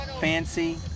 fancy